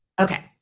Okay